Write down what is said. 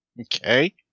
okay